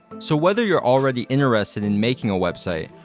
so, whether you're already interested in making a website,